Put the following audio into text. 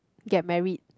get married